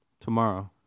Tomorrow